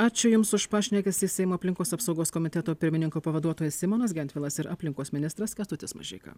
ačiū jums už pašnekesį seimo aplinkos apsaugos komiteto pirmininko pavaduotojas simonas gentvilas ir aplinkos ministras kęstutis mažeika